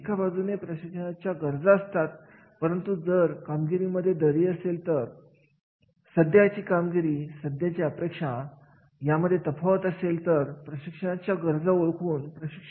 प्रत्येक कार्यासाठी लागणारे ज्ञान कौशल्य मालकीहक्क याचे मूल्यमापन आपण कसे करतो आणि या सगळ्यासाठी कार्याचे मूल्यमापन हा एकच उत्तम मार्ग आहे